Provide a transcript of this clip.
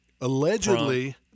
allegedly